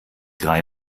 drei